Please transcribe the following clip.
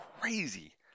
crazy